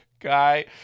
Guy